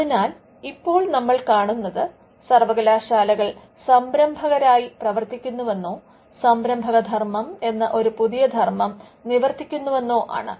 അതിനാൽ ഇപ്പോൾ നമ്മൾ കാണുന്നത് സർവകലാശാലകൾ സംരംഭകരായി പ്രവർത്തിക്കുന്നുവെന്നോ സംരംഭകധർമ്മം എന്ന ഒരു പുതിയ ധർമ്മം നിവർത്തിക്കുന്നുവെന്നോ ആണ്